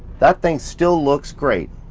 that thing still looks great.